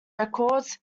records